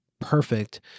perfect